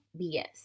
BS